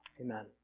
Amen